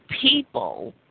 people